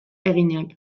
eginak